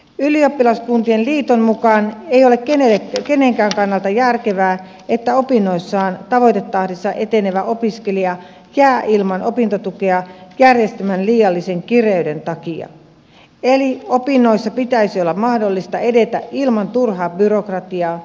ylioppilaskuntien liiton mukaan ei ole kenenkään kannalta järkevää että opinnoissaan tavoitetahdissa etenevä opiskelija jää ilman opintotukea järjestelmän liiallisen kireyden takia eli opinnoissa pitäisi olla mahdollista edetä ilman turhaa byrokratiaa